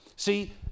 See